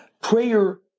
Prayer